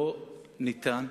לא ניתן,